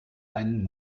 einen